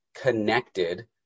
connected